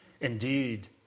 Indeed